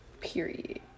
Period